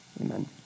Amen